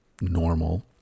normal